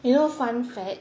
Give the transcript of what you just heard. you know fun fact